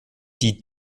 die